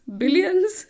billions